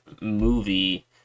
movie